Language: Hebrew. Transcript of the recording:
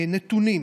נתונים: